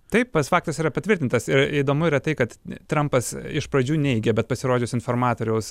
taip pats faktas yra patvirtintas įdomu yra tai kad trampas iš pradžių neigė bet pasirodžius informatoriaus